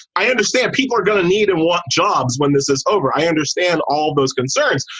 i understand people are going to need and want jobs when this is over i understand all those concerns.